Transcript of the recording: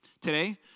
today